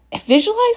Visualize